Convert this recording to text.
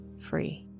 free